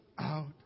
out